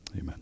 amen